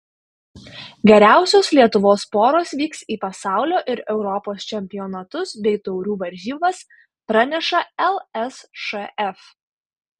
geriausios lietuvos poros vyks į pasaulio ir europos čempionatus bei taurių varžybas praneša lsšf